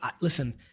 Listen